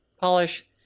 polish